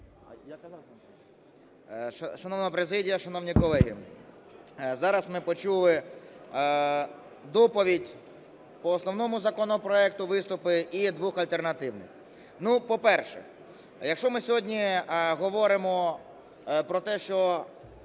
Шановна президія, шановні колеги! Зараз ми почули доповідь по основному законопроекту, виступи, і двох альтернативних. По-перше, якщо ми сьогодні говоримо про те, що